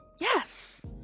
Yes